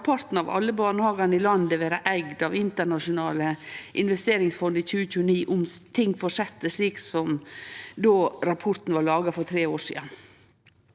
over halvparten av alle barnehagane i landet vere eigde av internasjonale investeringsfond i 2029 om ting fortset slik som då rapporten vart laga for tre år sidan.